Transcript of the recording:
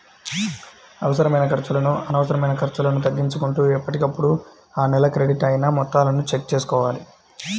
అనవసరమైన ఖర్చులను తగ్గించుకుంటూ ఎప్పటికప్పుడు ఆ నెల క్రెడిట్ అయిన మొత్తాలను చెక్ చేసుకోవాలి